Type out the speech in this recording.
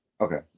Okay